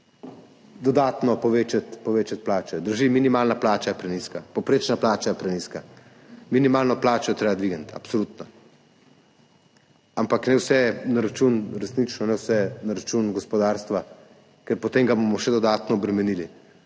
dodatno povečati plače. Drži, minimalna plača je prenizka, povprečna plača je prenizka, minimalno plačo je treba dvigniti, absolutno. Ampak resnično ne vse na račun gospodarstva, ker potem ga bomo še dodatno obremenili